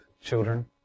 children